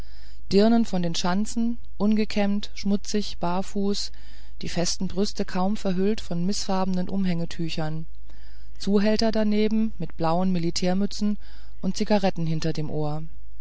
dirnen von den schanzen ungekämmt schmutzig barfuß die festen brüste kaum verhüllt von mißfarbigen umhängetüchern zuhälter daneben mit blauen militärmützen und zigaretten hinter dem ohr